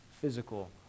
physical